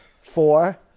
four